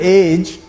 age